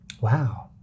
wow